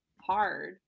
hard